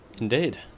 Indeed